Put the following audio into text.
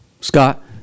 Scott